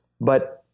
But-